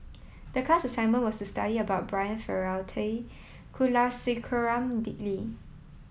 the class assignment was to study about Brian Farrell T Kulasekaram Dick Lee